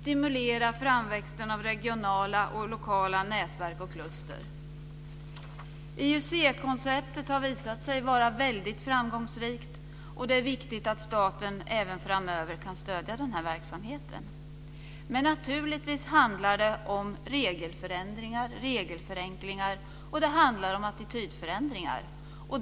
stimulera framväxten av regionala och lokala nätverk och kluster. IUC-konceptet har visat sig vara väldigt framgångsrikt, och det är viktigt att staten även framöver kan stödja den verksamheten. Naturligtvis handlar det om regelförändringar, regelförenklingar och attitydförändringar.